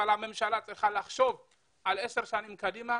הממשלה צריכה לחשוב על 10 שנים קדימה,